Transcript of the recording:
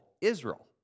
Israel